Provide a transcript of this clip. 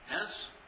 Yes